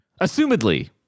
Assumedly